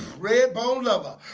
redbone lover